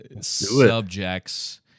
subjects